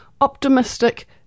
optimistic